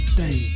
day